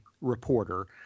reporter